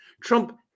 Trump